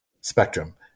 spectrum